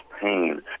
pain